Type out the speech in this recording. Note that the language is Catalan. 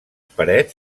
parets